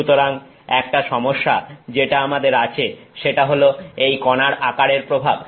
সুতরাং একটা সমস্যা যেটা আমাদের আছে সেটা হল এই কণার আকারের প্রভাব